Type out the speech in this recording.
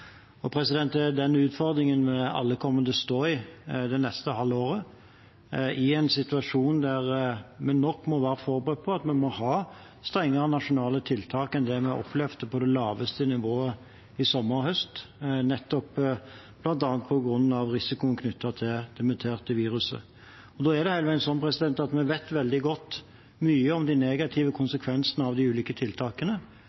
Det er den utfordringen vi alle kommer til å stå i det neste halve året, i en situasjon der vi nok må være forberedt på at vi må ha strengere nasjonale tiltak enn det vi opplevde på det laveste nivået i sommer og høst, nettopp bl.a. på grunn av risikoen knyttet til det muterte viruset. Vi vet veldig mye om de negative konsekvensene av de ulike tiltakene, men det er alltid veldig